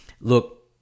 look